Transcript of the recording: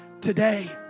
today